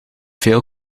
veel